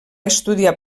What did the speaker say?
estudiar